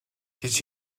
гэж